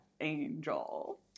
angel